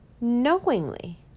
knowingly